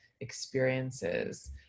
experiences